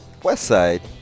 Westside